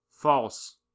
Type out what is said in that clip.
false